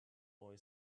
boy